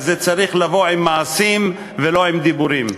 אז זה צריך לבוא עם מעשים ולא עם דיבורים.